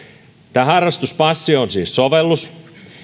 tämä harrastuspassi on siis sovellus